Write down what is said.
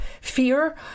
fear